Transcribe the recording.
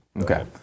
Okay